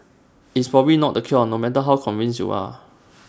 it's probably not the cure no matter how convinced you are